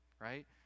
Right